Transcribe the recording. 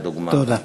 לדוגמה.